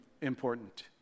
important